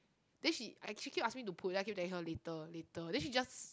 then she I keep asking me to put then I keep telling her later later then she just